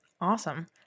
Awesome